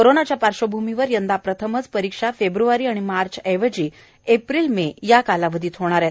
कोरोनाच्या पार्श्वभूमीवर यंदा प्रथमच परीक्षा फेब्रवारी मार्च ऐवजी एप्रिल मे या कालावधीत होणार आहेत